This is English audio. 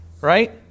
Right